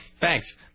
Thanks